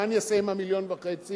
מה אני אעשה עם המיליון וחצי?